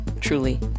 truly